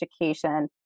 education